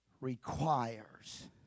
requires